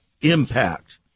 impact